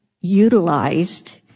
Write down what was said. utilized